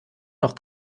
noch